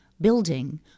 Building